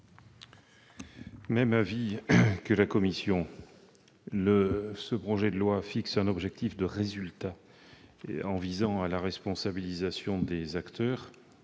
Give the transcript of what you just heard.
à celui de la commission. Le projet de loi fixe un objectif de résultat, en visant à la responsabilisation des acteurs